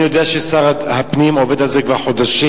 אני יודע ששר הפנים עובד על זה כבר חודשים.